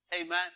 Amen